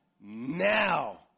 now